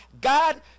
God